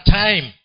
time